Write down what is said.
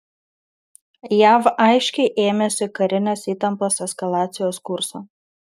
jav aiškiai ėmėsi karinės įtampos eskalacijos kurso